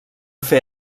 fer